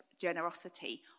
generosity